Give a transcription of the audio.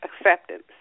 acceptance